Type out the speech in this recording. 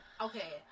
Okay